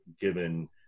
given